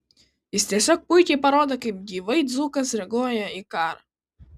jis tiesiog puikiai parodo kaip gyvai dzūkas reaguoja į karą